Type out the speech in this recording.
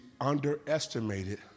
underestimated